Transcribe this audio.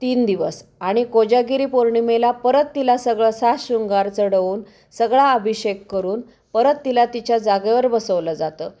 तीन दिवस आणि कोजागिरी पौर्णिमेला परत तिला सगळं साज शृंगार चढवून सगळा अभिषेक करून परत तिला तिच्या जागेवर बसवलं जातं